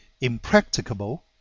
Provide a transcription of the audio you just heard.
impracticable